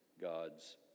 God's